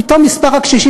פתאום מספר הקשישים,